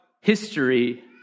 history